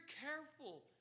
careful